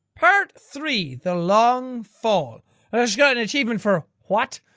part three the long fall i just got an achievement for. what?